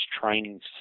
training